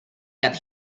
got